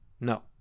No